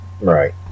Right